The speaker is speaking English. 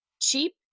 cheap